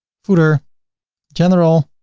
footer general.